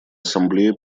ассамблея